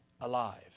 alive